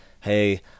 hey